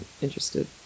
interested